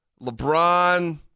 LeBron